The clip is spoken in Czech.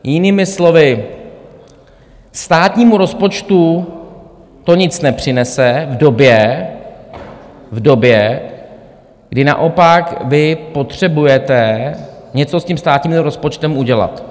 Jinými slovy, státnímu rozpočtu to nic nepřinese v době, kdy naopak vy potřebujete něco s tím státním rozpočtem udělat.